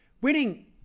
Winning